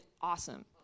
awesome